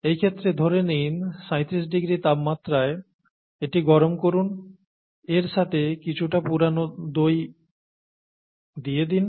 এই ক্ষেত্রে ধরে নিন 37°C তাপমাত্রায় এটি গরম করুন এর সাথে কিছুটা পুরানো দই মিশিয়ে দিন